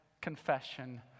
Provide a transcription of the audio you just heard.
confession